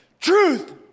truth